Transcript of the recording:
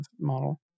model